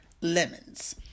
lemons